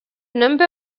number